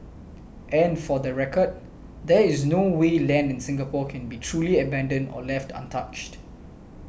and for the record there is no way land in Singapore can be truly abandoned or left untouched